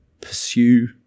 Pursue